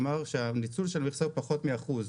כלומר, הניצול של המכסה הוא פחות מאחוז.